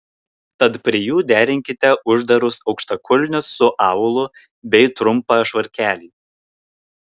tad prie jų derinkite uždarus aukštakulnius su aulu bei trumpą švarkelį